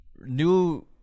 new